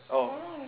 oh